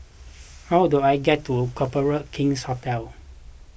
how do I get to Copthorne King's Hotel